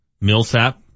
Millsap